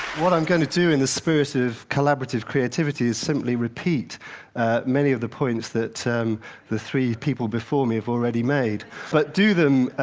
what i'm going to do, in the spirit of collaborative creativity, is simply repeat many of the points that the three people before me have already made, but do them